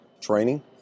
Training